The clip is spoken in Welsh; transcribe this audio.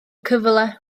cyfle